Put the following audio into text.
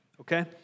Okay